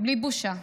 בלי בושה.